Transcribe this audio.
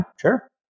sure